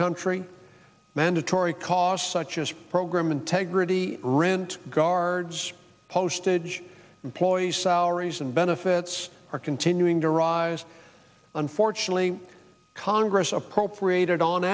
country mandatory costs such as program integrity rent guards postage employees salaries and benefits are continuing to rise unfortunately congress appropriated on